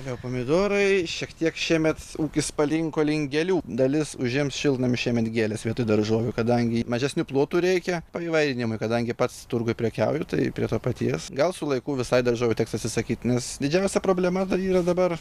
jo pomidorai šiek tiek šiemet ūkis palinko link gėlių dalis užims šiltnamį šiemet gėlės vietoj daržovių kadangi mažesnių plotų reikia paįvairinimui kadangi pats turguj prekiauju tai prie to paties gal su laiku visai daržovių teks atsisakyt nes didžiausia problema tai yra dabar